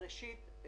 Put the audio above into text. ראשית,